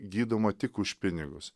gydoma tik už pinigus